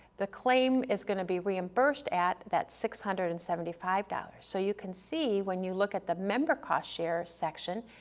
the claim is gonna be reimbursed at that six hundred and seventy five dollars. so you can see, when you look at the member cost share section,